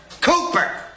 Cooper